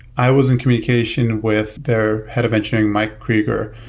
i was in communication with their head of engineering, mike krieger,